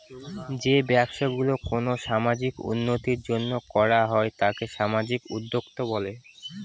যে ব্যবসা গুলো কোনো সামাজিক উন্নতির জন্য করা হয় তাকে সামাজিক উদ্যক্তা বলে